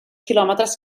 quilòmetres